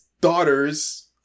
daughters